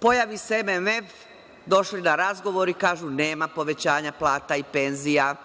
Pojavi se MMF, došli na razgovor i kažu – nema povećanja plata i penzija.